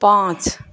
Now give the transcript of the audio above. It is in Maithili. पाँच